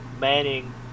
Manning